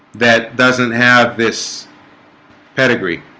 that? doesn't have this pedigree